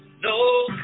no